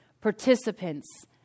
participants